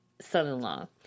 son-in-law